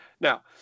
Now